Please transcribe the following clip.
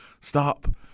stop